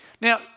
Now